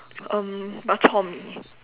um bak-chor-mee